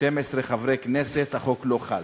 12 חברי כנסת, החוק לא חל.